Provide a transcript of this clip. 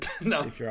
No